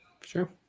Sure